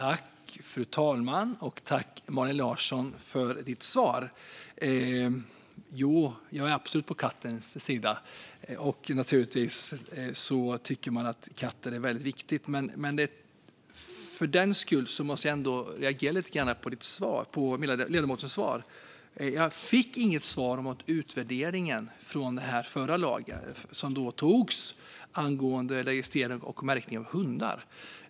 Fru talman! Tack, Malin Larsson, för ditt svar! Jo, jag är absolut på kattens sida. Naturligtvis tycker man att katter är väldigt viktiga. Men jag måste ändå reagera lite grann på ledamotens svar. Jag fick inget svar om utvärderingen av lagen angående registrering och märkning av hundar.